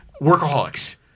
Workaholics